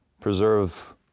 preserve